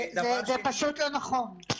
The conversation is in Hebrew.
זה פשוט לא נכון.